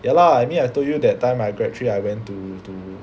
ya lah I mean I told you that time I grad trip I went to to